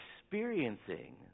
experiencing